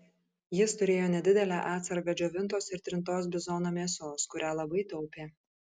jis turėjo nedidelę atsargą džiovintos ir trintos bizono mėsos kurią labai taupė